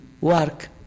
work